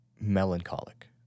melancholic